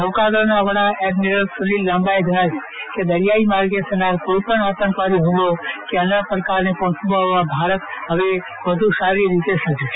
નૌકાદળના વડા એડમીરલ સુનિલ લાંબાએ જજ્ઞાવ્યું છે કે દરિયાઈ માર્ગે થનાર કોઈપજ્ઞ આતંકવાદી હુમલો કે અન્ય પડકારને પહોંચી વળવા ભારત હવે વધુ સારી રીતે સજ્જ છે